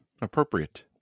Appropriate